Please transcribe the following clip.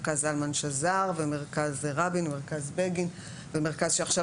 מרכז זלמן שז"ר ומרכז רבין ומרכז בגין ומרכז שעכשיו